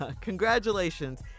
congratulations